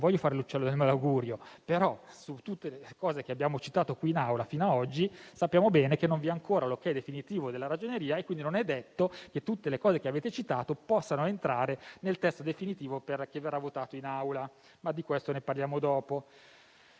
voglio fare l'uccello del malaugurio, ma su tutte le misure che abbiamo citato qui in Aula fino ad oggi sappiamo bene che non c'è ancora l'ok definitivo della Ragioneria e quindi non è detto che tutte le misure che avete citato possano entrare nel testo definitivo che verrà votato in Aula, ma di questo parleremo in